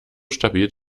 stabil